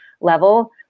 level